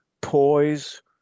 poise